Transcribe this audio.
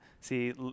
See